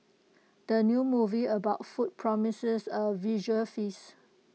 the new movie about food promises A visual feast